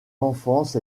enfance